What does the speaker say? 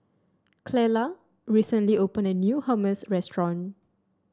Clella recently opened a new Hummus restaurant